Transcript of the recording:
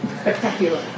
Spectacular